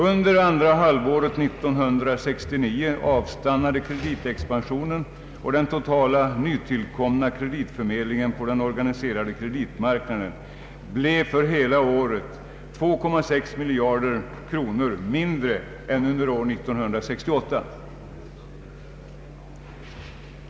Under andra halvåret 1969 avstannade kreditexpansionen, och den totala nytillkomna kreditförmedlingen på den organiserade kreditmarknaden blev för hela året 2,6 miljarder kronor mindre än under år 1968.